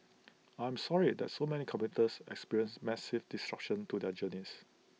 I am sorry that so many commuters experienced massive disruptions to their journeys